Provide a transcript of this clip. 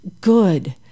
good